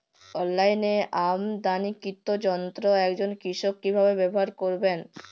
অনলাইনে আমদানীকৃত যন্ত্র একজন কৃষক কিভাবে ব্যবহার করবেন?